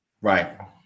Right